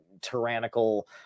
tyrannical